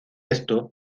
esto